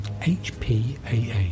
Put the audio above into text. HPAA